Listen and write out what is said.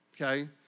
Okay